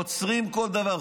עוצרים כל דבר,